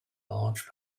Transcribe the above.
launch